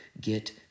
get